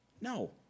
No